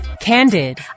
Candid